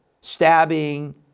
stabbing